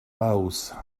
laos